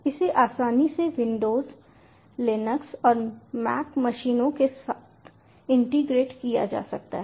इसे आसानी से विंडोज़ लिनक्स और मैक मशीनों के साथ इंटीग्रेट किया जा सकता है